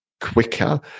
quicker